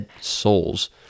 souls